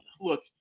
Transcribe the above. look